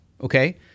okay